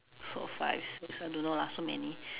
four five six I don't know lah so many